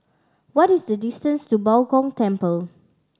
what is the distance to Bao Gong Temple